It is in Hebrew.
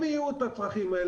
מר זכאי,